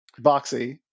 Boxy